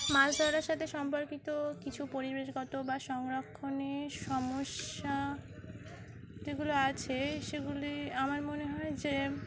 মাছ ধরার সাথে সম্পর্কিত কিছু পরিবেশগত বা সংরক্ষণের সমস্যা যেগুলো আছে সেগুলি আমার মনে হয় যে